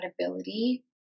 ability